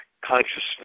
consciousness